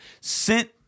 sent –